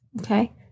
Okay